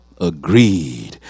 Agreed